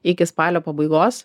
iki spalio pabaigos